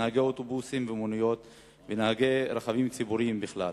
נהגי אוטובוס ומוניות ונהגי רכבים ציבוריים בכלל.